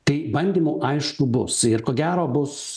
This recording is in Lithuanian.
tai bandymų aišku bus ir ko gero bus